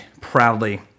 proudly